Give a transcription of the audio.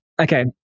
Okay